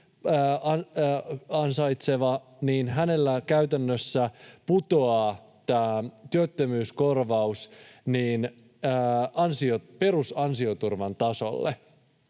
ansaitsevalla käytännössä putoaa tämä työttömyyskorvaus perusansioturvan tasolle